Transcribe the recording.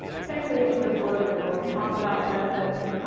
same thing with disclosure, when we talk about benefits.